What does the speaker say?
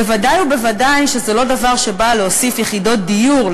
בוודאי ובוודאי שזה לא דבר שבא להוסיף יחידות דיור,